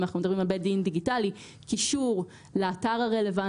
אנחנו מדברים על בית דין דיגיטלי - קישור לאתר הרלוונטי,